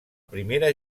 primera